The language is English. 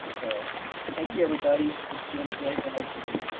so thank you everybody, it's been a great ride for me.